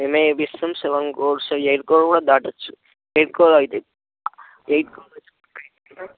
మేమే వేపిస్తాము seven crores eight crore కూడా దాటవచ్చు ఎయిట్ క్రోర్ అవుతాయి ఎయిట్ క్రోర్ అయి